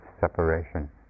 separation